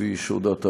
כפי שהודעת,